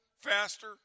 faster